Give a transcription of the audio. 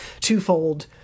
twofold